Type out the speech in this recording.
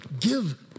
give